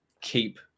keep